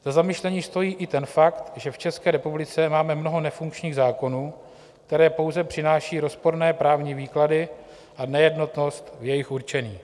Za zamyšlení stojí i ten fakt, že v České republice máme mnoho nefunkčních zákonů, které pouze přináší rozporné právní výklady a nejednotnost v jejich určení.